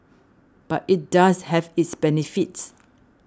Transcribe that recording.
but it does have its benefits